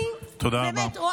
תודה רבה.